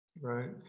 right